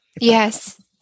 Yes